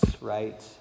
right